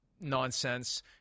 nonsense